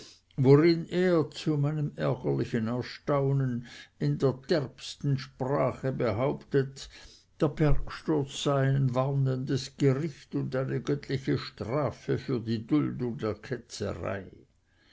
worin er zu meinem ärgerlichen erstaunen in der derbsten sprache behauptet der bergsturz sei ein warnendes gericht und eine göttliche strafe für die duldung der ketzerei